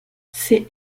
c’est